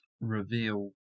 reveal